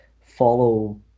follow